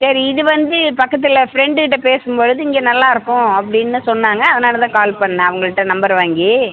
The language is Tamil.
சேரி இது வந்து பக்கத்துல ஃப்ரெண்டுக்கிட்ட பேசும் பொழுது இங்க நல்லா இருக்கும் அப்டின்னு சொன்னாங்க அதனால தான் கால் பண்ணேன் அவங்கள்ட்ட நம்பர் வாங்கி